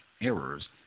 errors